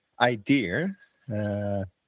idea